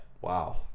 wow